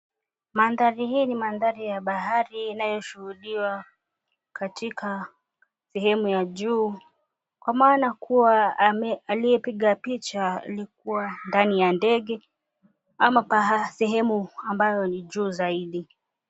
Mandhari hii ni mandhari ya bahari inayoshuhudiwa katika sehemu ya juu kwa maana kuwa aliyepiga picha alikuwa ndani ya ndege ama sehemu ambayo ni juu zaidi.